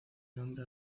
nombre